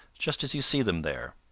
just as you see them there.